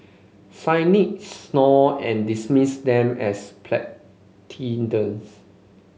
cynics snort and dismiss them as platitudes